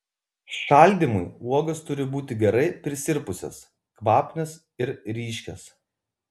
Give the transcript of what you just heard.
šaldymui uogos turi būti gerai prisirpusios kvapnios ir ryškios